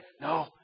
no